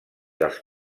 els